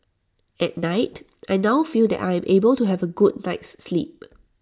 at night I now feel that I am able to have A good night's sleep